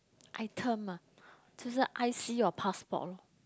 item ah I_C or passport loh